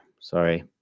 sorry